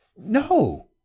No